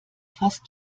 fast